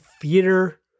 theater